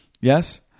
yes